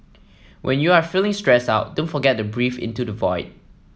when you are feeling stressed out don't forget to breathe into the void